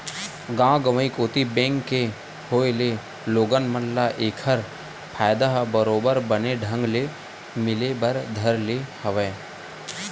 गाँव गंवई कोती बेंक के होय ले लोगन मन ल ऐखर फायदा ह बरोबर बने ढंग ले मिले बर धर ले हवय